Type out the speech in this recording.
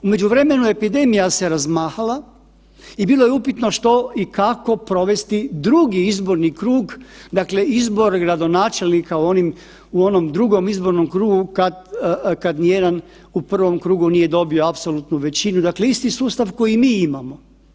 U međuvremenu epidemija se razmahala i bilo je upitno što i kako provesti drugi izborni krug, dakle izbor gradonačelnika u onim, u onom drugom izbornom krugu kad, kad nijedan u prvom krugu nije dobio apsolutnu većinu, dakle isti sustav koji i mi imamo.